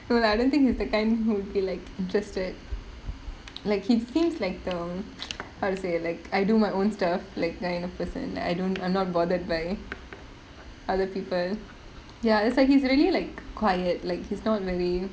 no I don't think he's the kind who would be like interested like he seems like the how to say like I do my own stuff like kind of person I don't I'm not bothered by other people ya it's like he's really like quiet like he's not really